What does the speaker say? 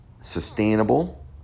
sustainable